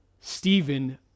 Stephen